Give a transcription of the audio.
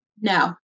No